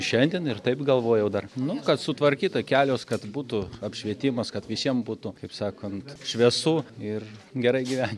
šiandien ir taip galvojau dar nu kad sutvarkyta kelias kad būtų apšvietimas kad visiems būtų kaip sakant šviesu ir gerai gyventi